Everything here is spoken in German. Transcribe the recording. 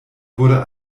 wurde